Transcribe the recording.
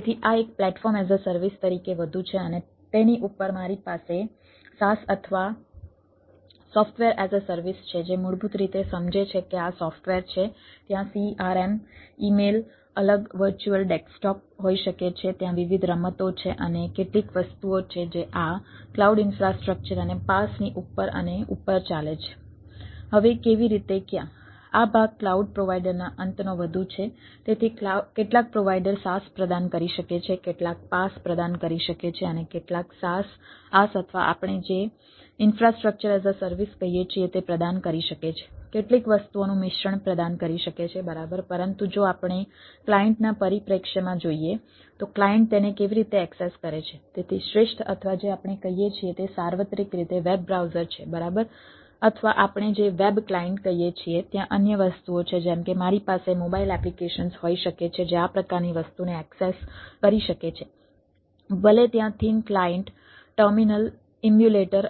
તેથી આ એક પ્લેટફોર્મ એઝ અ સર્વિસ તરીકે વધુ છે અને તેની ઉપર મારી પાસે એક SaaS અથવા સોફ્ટવેર એઝ અ સર્વિસ છે જે મૂળભૂત રીતે સમજે છે કે આ સોફ્ટવેર છે ત્યાં CRM ઇમેઇલ